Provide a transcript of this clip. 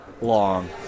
long